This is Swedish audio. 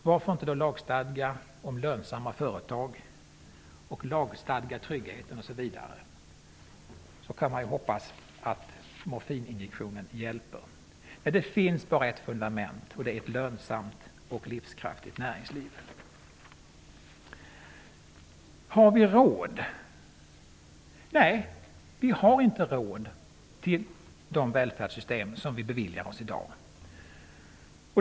Varför inte då lagstadga om lönsamma företag, lagstadga om trygghet osv? Man kan hoppas att morfininjektionen hjälper. Det finns bara ett fundament, och det är ett lönsamt och livskraftigt näringsliv. Har vi råd? Nej, vi har inte råd till de välfärdssystem vi beviljar oss i dag.